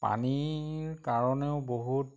পানীৰ কাৰণেও বহুত